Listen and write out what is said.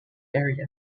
area